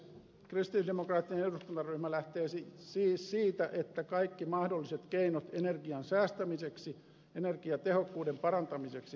kristillisdemokraattinen eduskuntaryhmä lähtee siis siitä että kaikki mahdolliset keinot energian säästämiseksi ja energiatehokkuuden parantamiseksi hyödynnetään